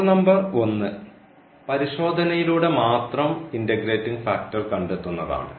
rule number 1 പരിശോധനയിലൂടെ മാത്രം integrating factor കണ്ടെത്തുന്നതാണ്